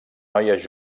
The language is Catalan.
noies